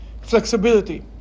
flexibility